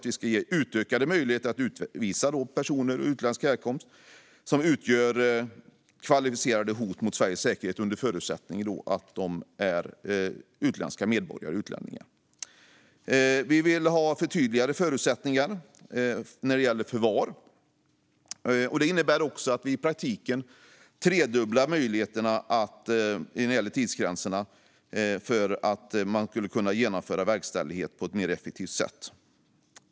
Vi ska ge utökade möjligheter att utvisa personer av utländsk härkomst som utgör kvalificerade hot mot Sveriges säkerhet, under förutsättning att de är utländska medborgare. Vi vill ha förtydligade förutsättningar när det gäller förvar. Det innebär också att vi i praktiken tredubblar tidsgränserna för att verkställighet ska kunna genomföras på ett mer effektivt sätt.